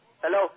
Hello